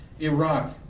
Iraq